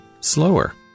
slower